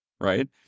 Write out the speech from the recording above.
right